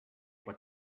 what